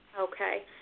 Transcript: Okay